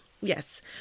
yes